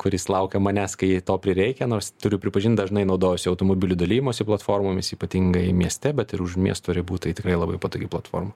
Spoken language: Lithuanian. kuris laukia manęs kai to prireikia nors turiu pripažint dažnai naudojuosi automobilių dalijimosi platformomis ypatingai mieste bet ir už miesto ribų tai tikrai labai patogi platforma